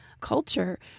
culture